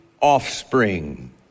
offspring